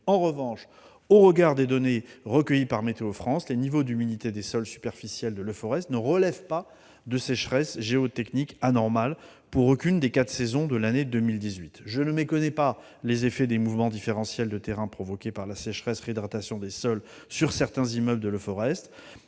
En revanche, au regard des données recueillies par Météo France, les niveaux d'humidité des sols superficiels de Leforest ne relèvent d'une sécheresse géotechnique anormale pour aucune des quatre saisons de l'année 2018. Je ne méconnais pas les effets des mouvements différentiels de terrain provoqués par la sécheresse et la réhydratation des sols sur certains immeubles de Leforest,